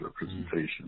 representation